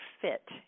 fit